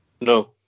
No